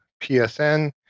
PSN